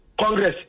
Congress